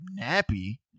nappy